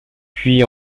puis